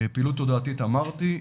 פעילות תודעתית אמרתי.